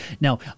Now